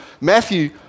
Matthew